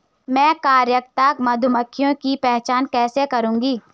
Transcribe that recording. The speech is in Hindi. मैं कार्यकर्ता मधुमक्खियों की पहचान कैसे करूंगी?